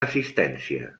assistència